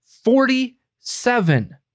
Forty-seven